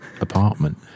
apartment